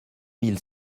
mille